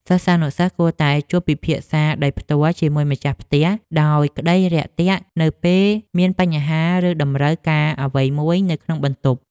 សិស្សានុសិស្សគួរតែជួបពិភាក្សាដោយផ្ទាល់ជាមួយម្ចាស់ផ្ទះដោយក្តីរាក់ទាក់នៅពេលមានបញ្ហាឬតម្រូវការអ្វីមួយនៅក្នុងបន្ទប់។